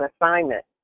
assignment